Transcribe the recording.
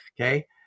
okay